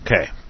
Okay